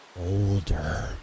older